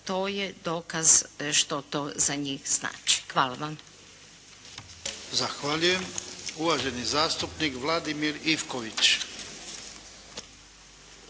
To je dokaz što to za njih znači. Hvala vam. **Jarnjak, Ivan (HDZ)** Zahvaljujem. Uvaženi zastupnik Vladimir Ivković.